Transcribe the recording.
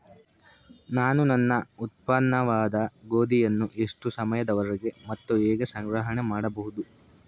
ನಾನು ನನ್ನ ಉತ್ಪನ್ನವಾದ ಗೋಧಿಯನ್ನು ಎಷ್ಟು ಸಮಯದವರೆಗೆ ಮತ್ತು ಹೇಗೆ ಸಂಗ್ರಹಣೆ ಮಾಡಬಹುದು?